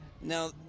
now